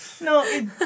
No